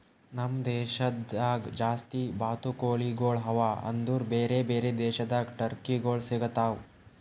ನಮ್ ದೇಶದಾಗ್ ಜಾಸ್ತಿ ಬಾತುಕೋಳಿಗೊಳ್ ಅವಾ ಆದುರ್ ಬೇರೆ ಬೇರೆ ದೇಶದಾಗ್ ಟರ್ಕಿಗೊಳ್ ಸಿಗತಾವ್